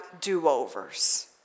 do-overs